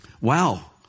Wow